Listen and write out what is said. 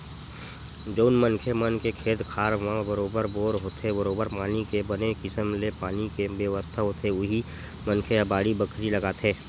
जउन मनखे मन के खेत खार म बरोबर बोर होथे बरोबर पानी के बने किसम ले पानी के बेवस्था होथे उही मनखे ह बाड़ी बखरी लगाथे